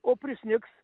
o prisnigs